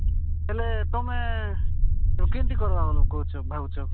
ହେଲେ ତମେ କେମିତି କର୍ବା ବୋଲି କହୁଛ ଭାବୁଛ